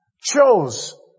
chose